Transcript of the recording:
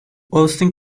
austin